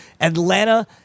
Atlanta